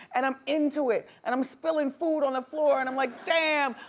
and i'm into it, and i'm spilling food on the floor, and i'm like, damn,